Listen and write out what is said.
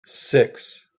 six